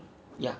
ya